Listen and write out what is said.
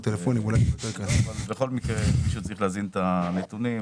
בכל מקרה מישהו צריך להזין את הנתונים,